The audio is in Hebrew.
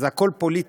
הכול פוליטיקה,